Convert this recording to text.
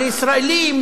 לישראלים,